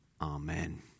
Amen